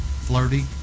flirty